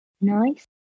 Nice